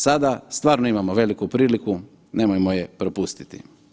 Sada stvarno imamo veliku priliku, nemojmo je propustiti.